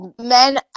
Men